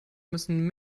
müssen